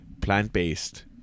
plant-based